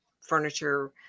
furniture